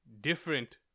different